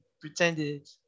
pretended